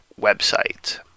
website